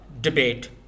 debate